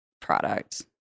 product